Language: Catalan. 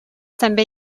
també